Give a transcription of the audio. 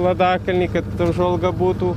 ladakalnį kad apžvalga būtų